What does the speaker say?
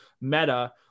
meta